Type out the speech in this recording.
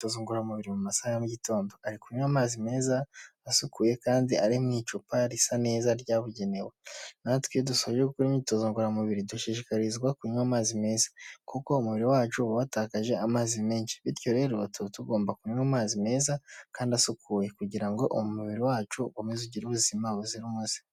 Imyitozo ngororamubiri mu masaha ya mugitondo. Ari kunywa amazi meza, asukuye, kandi ari mu icupa risa neza ryabugenewe. Natwe iyo dusoje gukora imyitozo ngororamubiri dushishikarizwa kunywa amazi meza. Kuko umubiri wacu uba watakaje amazi menshi. Bityo rero tuba tugomba kunywa amazi meza kandi asukuye kugira ngo umubiri wacu ukomeze ugire ubuzima buzira umuze.